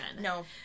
No